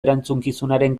erantzukizunaren